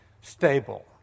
stable